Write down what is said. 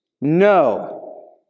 No